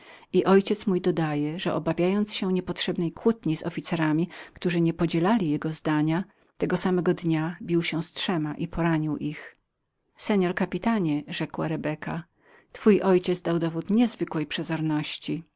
i mój ojciec dodaje że obawiając się niepotrzebnej kłótni z officerami którzy nie podzielali jego zdania tego samego dnia bił się z trzema i poranił ich seor kapitanie rzekła rebeka twój ojciec dał dowód niezwykłej przezorności